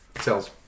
sales